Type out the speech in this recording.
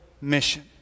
mission